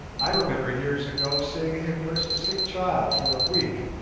i remember years ago seeing him nurse a sick child for a week.